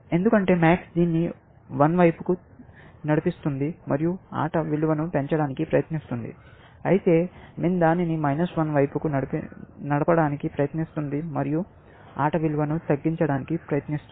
ఎందుకంటే MAX దీన్ని 1 వైపుకు నడుపుతుంది మరియు ఆట విలువను పెంచడానికి ప్రయత్నిస్తుంది అయితే MIN దానిని వైపుకు నడపడానికి ప్రయత్నిస్తుంది మరియు ఆట విలువను తగ్గించడానికి ప్రయత్నిస్తుంది